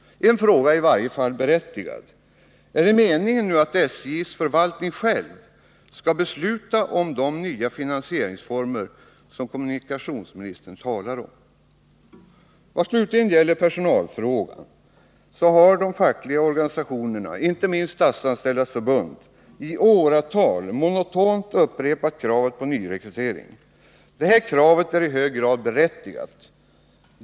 En fråga är i varje fall berättigad: Är det nu meningen att SJ:s förvaltning själv skall besluta om de nya finansieringsformer som kommunikationsministern talar om? Vad slutligen gäller personalfrågan så har de fackliga organisationerna, inte minst Statsanställdas förbund, i åratal monotont upprepat kravet på nyrekrytering. Detta krav är i hög grad berättigat.